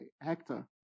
Hector